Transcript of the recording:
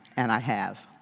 and i have.